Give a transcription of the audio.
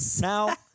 Now